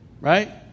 right